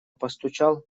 постучал